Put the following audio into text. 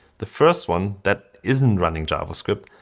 the first one, that isn't running javascript,